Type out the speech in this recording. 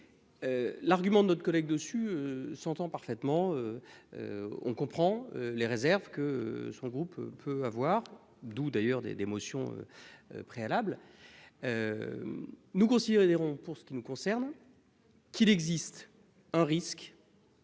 L'argument de notre collègue dessus s'entend parfaitement. On comprend les réserves que son groupe peut avoir d'où d'ailleurs des des motions. Préalables. Nous considérer des ronds pour ce qui nous concerne. Qu'il existe un risque.